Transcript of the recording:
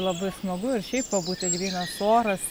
labai smagu ir šiaip pabūti grynas oras